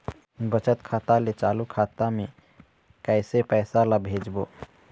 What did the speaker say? बचत खाता ले चालू खाता मे कैसे पैसा ला भेजबो?